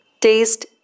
taste